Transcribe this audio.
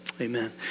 amen